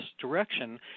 direction